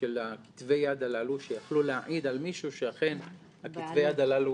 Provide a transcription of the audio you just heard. של כתבי היד הללו שיכלו להעיד על מישהו שאכן כתבי היד הללו,